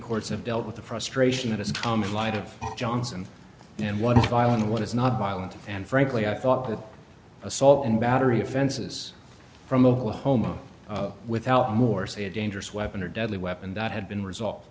courts have dealt with the frustration that has come in light of johnson and what is vile and what is not violent and frankly i thought that assault and battery offenses from oklahoma without more say a dangerous weapon or deadly weapon that had been resolved